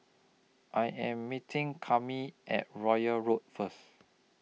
I Am meeting Kami At Royal Road First